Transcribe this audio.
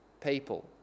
people